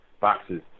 boxes